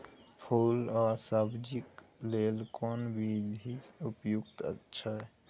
फूल आ सब्जीक लेल कोन विधी उपयुक्त अछि?